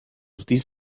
this